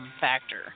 factor